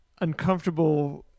uncomfortable